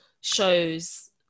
shows